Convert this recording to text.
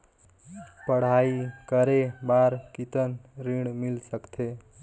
पढ़ाई करे बार कितन ऋण मिल सकथे?